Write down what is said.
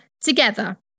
together